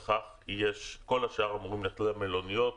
כל השאר אמורים ללכת למלוניות,